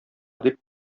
дип